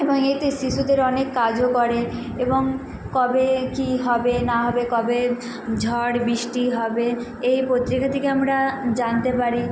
এবং এতে শিশুদের অনেক কাজও করে এবং কবে কী হবে না হবে কবে ঝড় বৃষ্টি হবে এই পত্রিকা থেকে আমরা জানতে পারি